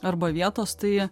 arba vietos tai